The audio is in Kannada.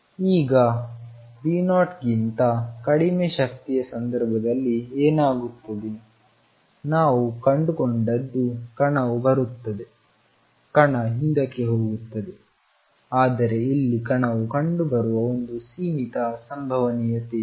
ಈಗ V0 ಗಿಂತ ಕಡಿಮೆ ಶಕ್ತಿಯ ಸಂದರ್ಭದಲ್ಲಿ ಏನಾಗುತ್ತದೆ ನಾವು ಕಂಡುಕೊಂಡದ್ದು ಕಣವು ಬರುತ್ತದೆ ಕಣ ಹಿಂದಕ್ಕೆ ಹೋಗುತ್ತದೆ ಆದರೆ ಇಲ್ಲಿ ಕಣವು ಕಂಡುಬರುವ ಒಂದು ಸೀಮಿತ ಸಂಭವನೀಯತೆಯಿದೆ